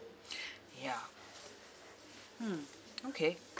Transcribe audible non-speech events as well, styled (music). (breath) ya hmm okay